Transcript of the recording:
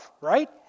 right